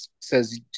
says